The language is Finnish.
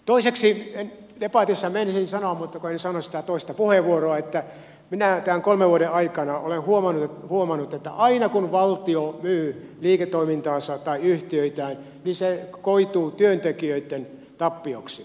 toiseksi debatissa meinasin sanoa mutta kun en saanut sitä toista puheenvuoroa että minä tämän kolmen vuoden aikana olen huomannut että aina kun valtio myy liiketoimintaansa tai yhtiöitään niin se koituu työntekijöitten tappioksi